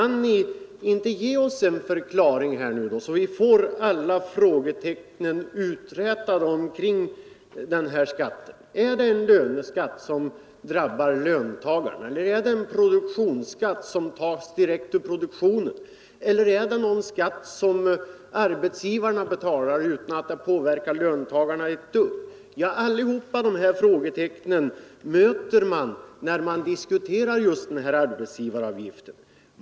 Kan ni inte här ge oss en förklaring så att vi får alla frågetecknen uträtade omkring den här skatten? Är det en löneskatt som drabbar löntagarna, är det en produktionsskatt som tas direkt ur produktionen, eller är det någon skatt som arbetsgivarna betalar utan att det påverkar löntagarna ett dugg? Alla dessa frågetecken möter man när man diskuterar arbetsgivaravgiften.